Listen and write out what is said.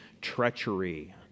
treachery